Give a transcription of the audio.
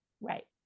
right